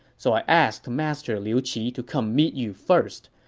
so i asked master liu qi to come meet you first.